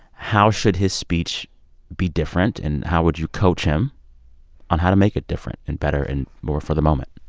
how should his speech be different? and how would you coach him on how to make it different and better and more for the moment?